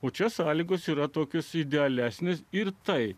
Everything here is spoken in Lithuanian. o čia sąlygos yra tokios idealesnės ir tai